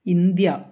India